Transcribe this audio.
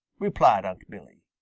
replied unc' billy.